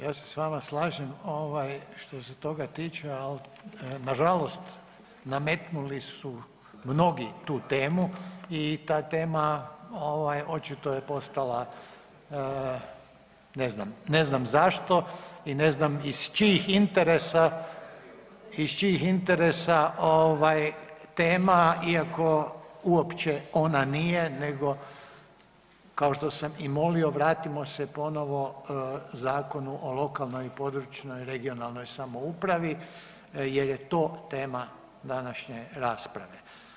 Ja se sa vama slažem što se toga tiče, ali na žalost nametnuli su mnogi tu temu i ta tema očito je postala ne znam zašto i ne znam iz čijih interesa tema iako uopće ona nije, nego kao što sam i molio vratimo se ponovo Zakonu o lokalnoj i područnoj (regionalnoj) samoupravi jer je to tema današnje rasprave.